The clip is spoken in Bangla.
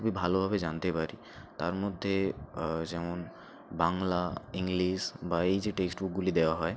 খুবই ভালোভাবে জানতে পারি তার মধ্যে যেমন বাংলা ইংলিশ বা এই যে টেক্সট বুকগুলি দেওয়া হয়